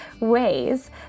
ways